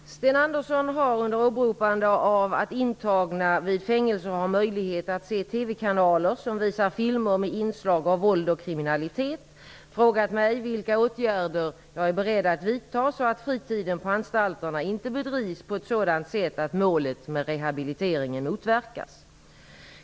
Fru talman! Sten Andersson i Malmö har, under åberopande av att intagna vid fängelser har möjlighet att se TV-kanaler som visar filmer med inslag av våld och kriminalitet, frågat mig vilka åtgärder jag är beredd att vidta så att fritiden på anstalterna inte bedrivs på ett sådant sätt att målet med rehabiliteringen motverkas.